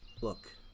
Look